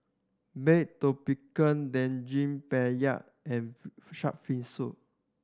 baked tapioca Daging Penyet and shark fin soup